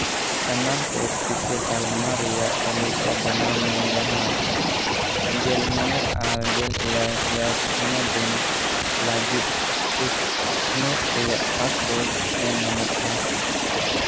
ᱥᱟᱱᱟᱢ ᱯᱮᱰ ᱴᱤᱠᱟᱹ ᱛᱟᱞᱢᱟ ᱨᱮᱭᱟᱜ ᱛᱟᱹᱞᱤᱠᱟ ᱵᱮᱱᱟᱣ ᱢᱮ ᱡᱟᱦᱟᱸ ᱜᱮᱞ ᱢᱚᱬᱮ ᱟᱨ ᱜᱮᱞ ᱮᱭᱟᱭ ᱤᱭᱟᱨᱥ ᱩᱢᱮᱨ ᱨᱮᱱ ᱞᱟᱹᱜᱤᱫ ᱥᱯᱩᱴᱚᱱᱤᱠ ᱨᱮᱭᱟᱜ ᱯᱷᱟᱥᱴ ᱰᱳᱡᱽ ᱮᱢ ᱢᱮᱱᱟᱜᱼᱟ